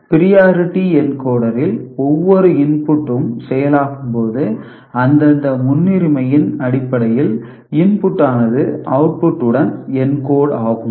priority encoder ல் ஒவ்வொரு input ம் செயலாகும்போது அந்தந்த முன்னுரிமையின் அடிப்படையில் இன்புட் ஆனது அவுட்புட் உடன் என்கோடாகும்